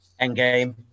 Endgame